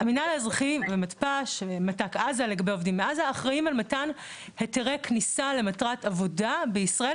המנהל האזרחי ומתפ"ש אחראים על מתן היתרי כניסה למטרת עבודה בישראל,